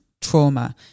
trauma